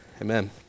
Amen